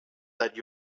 that